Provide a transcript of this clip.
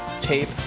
tape